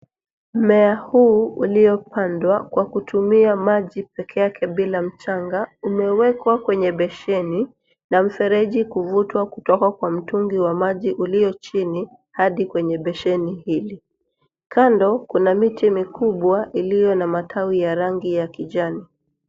Mmea huu ulio pandwa kwa kutumia maji pekee yake bila mchanga umewekwa kwenye besheni na mfereji kuvutwa kutoka kwa mtungi wa maji ulio chini hadi kwenye besheni hili. Kando kuna miti mikubwa iliyo na matawi ya rangi ya kijani.